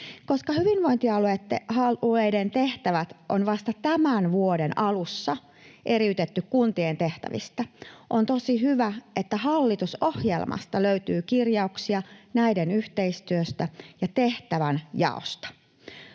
Koska hyvinvointialueiden tehtävät on vasta tämän vuoden alussa eriytetty kuntien tehtävistä, on tosi hyvä, että hallitusohjelmasta löytyy kirjauksia niiden yhteistyöstä ja tehtävänjaosta.